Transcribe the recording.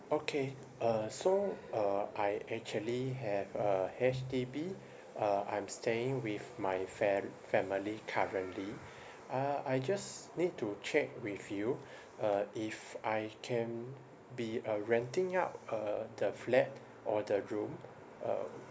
okay uh so uh I actually have a H_D_B uh I'm staying with my fam~ family currently uh I just need to check with you uh if I can be uh renting out uh the flat or the room um